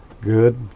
good